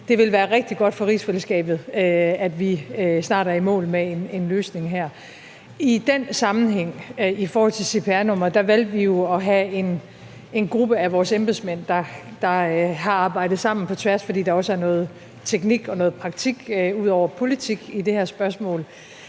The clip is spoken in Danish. det vil være rigtig godt for rigsfællesskabet, at vi snart er i mål med en løsning her. I den sammenhæng valgte vi jo i forhold til cpr-nummeret at have en gruppe af vores embedsmænd, som har arbejdet sammen på tværs, fordi der ud over politik er noget teknik og noget praktik i det her spørgsmål.